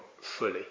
fully